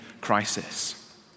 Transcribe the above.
crisis